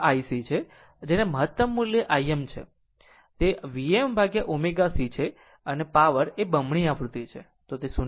આ IC છે જેને મહતમ મુલ્ય im છે તે Vm1ω C છે અને પાવર એ બમણી આવૃત્તિ છે